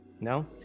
no